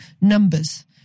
numbers